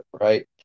right